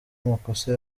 amakosa